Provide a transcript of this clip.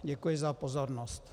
Děkuji za pozornost.